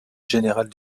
générale